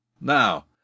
Now